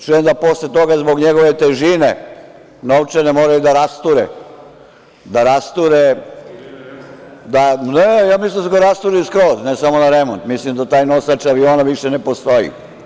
Čujem da posle toga zbog njegove težine novčane, moraju da rasture, mislim da su ga rasturili skroz, ne samo na remont, mislim da taj nosač aviona više ne postoji.